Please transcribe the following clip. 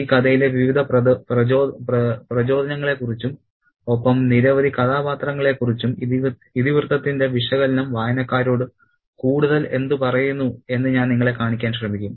ഈ കഥയിലെ വിവിധ പ്രചോദനങ്ങളെക്കുറിച്ചും ഒപ്പം നിരവധി കഥാപാത്രങ്ങളെക്കുറിച്ചും ഇതിവൃത്തത്തിന്റെ വിശകലനം വായനക്കാരോട് കൂടുതൽ എന്ത് പറയുന്നു എന്ന് ഞാൻ നിങ്ങളെ കാണിക്കാൻ ശ്രമിക്കും